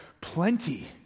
plenty